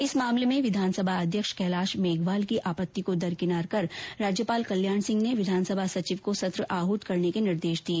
इस मामले में विधानसभा अध्यक्ष कैलाश मेघवाल की आपत्ति को दरकिनार कर राज्यपाल कल्याण सिंह ने विधानसभा सचिव को सत्र आहूत करने के निर्देश दिए